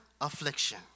affliction